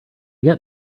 get